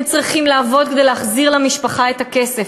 הם צריכים לעבוד כדי להחזיר למשפחה את הכסף.